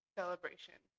celebration